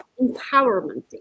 empowerment